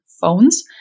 phones